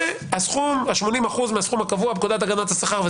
זה 80% מהסכום הקבוע בפקודת הגנת השכר.